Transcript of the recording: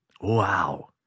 wow